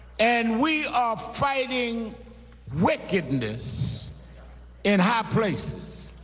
and we are fighting wickedness in high places.